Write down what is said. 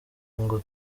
ngo